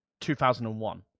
2001